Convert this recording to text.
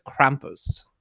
Krampus